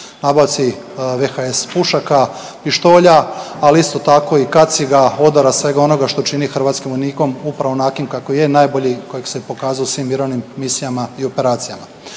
nabavci VHS pušaka, pištolja, ali isto tako i kaciga, odora, svega onoga što čini hrvatskim vojnikom upravo onakvim kakvim je najbolji koji se pokazao u svim mirovnim misijama i operacijama.